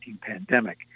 pandemic